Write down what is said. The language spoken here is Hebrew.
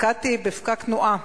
נתקעתי בפקק תנועה